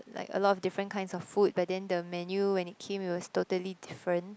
like a lot of different kinds of food but then the menu when it came it was totally different